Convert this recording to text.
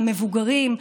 המבוגרים,